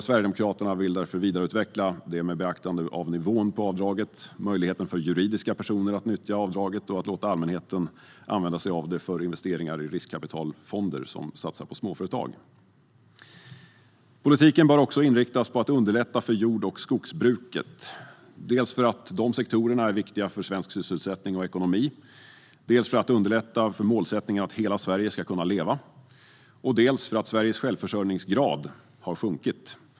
Sverigedemokraterna vill därför vidareutveckla detta med beaktande av nivån på avdraget, möjligheten för juridiska personer att nyttja avdraget och möjligheten att låta allmänheten använda sig av det för investeringar i riskkapitalfonder som satsar på småföretag. Politiken bör också inriktas på att underlätta för jord och skogsbruket, dels för att dessa sektorer är viktiga för svensk sysselsättning och ekonomi, dels för att underlätta för målsättningen att hela Sverige ska kunna leva. Dessutom har Sveriges självförsörjningsgrad sjunkit.